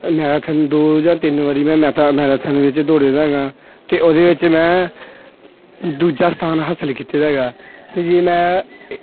marathon ਦੋ ਜਾਂ ਤਿੰਨ ਵਾਰੀ ਮੈਂ ਮੈਥਾ ਮੈਰਾਥਨ ਵਿੱਚ ਦੌੜੇ ਦਾ ਹੈਗਾਂ ਅਤੇ ਓਹਦੇ ਵਿੱਚ ਮੈਂ ਦੂਜਾ ਸਥਾਨ ਹਾਸਲ ਕੀਤੇ ਦਾ ਹੈਗਾ ਅਤੇ ਜੇ ਮੈਂ